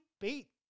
beat